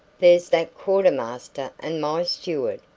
there's that quartermaster and my steward,